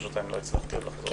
פשוט לא הצלחתי לחזור אליו.